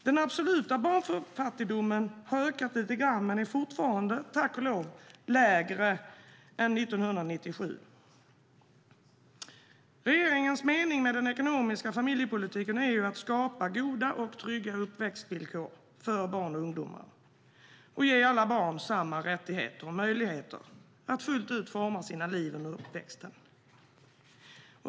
Den absoluta barnfattigdomen har ökat lite grann men är fortfarande, tack och lov, lägre än vad den var 1997. Regeringens mening med den ekonomiska familjepolitiken är att skapa goda och trygga uppväxtvillkor för barn och ungdomar och att ge alla barn samma rättigheter och möjligheter att fullt ut forma sina liv under uppväxten.